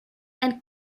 and